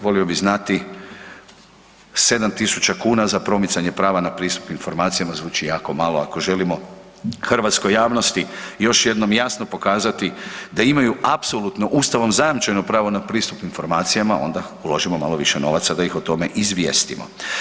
Volio bih znati, 7.000 kuna za promicanje prava na pristup informacijama zvuči jako malo, ako želimo hrvatskoj javnosti još jednom jasno pokazati da imaju apsolutno Ustavom zajamčeno pravo na pristup informacijama onda uložimo malo više novaca da ih o tome izvijestimo.